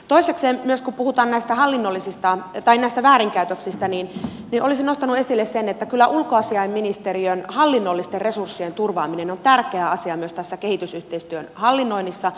toisekseen kun puhutaan näistä väärinkäytöksistä olisin nostanut esille sen että kyllä ulkoasiainministeriön hallinnollisten resurssien turvaaminen on tärkeä asia myös tässä kehitysyhteistyön hallinnoinnissa